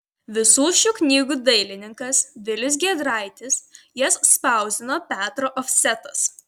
visų šių knygų dailininkas vilius giedraitis jas spausdino petro ofsetas